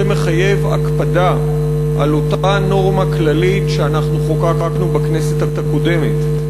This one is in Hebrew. זה מחייב הקפדה על אותה נורמה כללית שאנחנו חוקקנו בכנסת הקודמת: